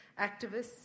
activists